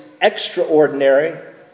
extraordinary